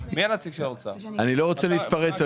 אני לא רוצה להתפרץ,